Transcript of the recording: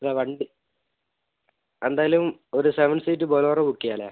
അല്ല വണ്ടി എന്തായാലും ഒരു സെവൻ സീറ്റ് ബൊലേറോ ബുക്ക് ചെയ്യാമല്ലെ